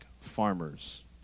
farmers